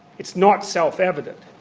it's not self-evident.